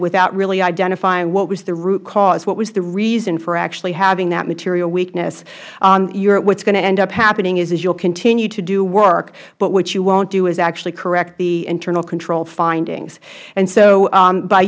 without really identifying what was the root cause what was the reason for actually having that material weakness what is going to end up happening is you will continue to do work but what you won't do is actually correct the internal control findings and so